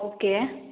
okay